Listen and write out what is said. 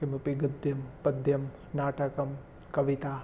किमपि गद्यं पद्यं नाटकं कविता